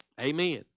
Amen